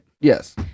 Yes